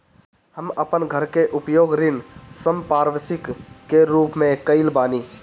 हम अपन घर के उपयोग ऋण संपार्श्विक के रूप में कईले बानी